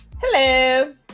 Hello